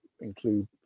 include